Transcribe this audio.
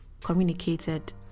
communicated